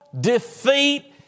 defeat